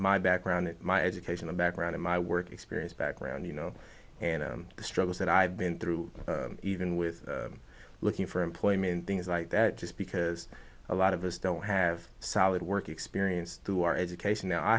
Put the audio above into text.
my background my educational background of my work experience background you know and the struggles that i've been through even with looking for employment things like that just because a lot of us don't have solid work experience through our education